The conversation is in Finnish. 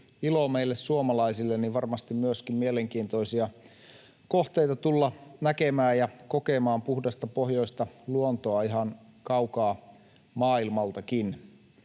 ilo meille suomalaisille varmasti myöskin mielenkiintoisia kohteita tulla näkemään ja kokemaan puhdasta pohjoista luontoa ihan kaukaa maailmaltakin.